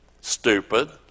stupid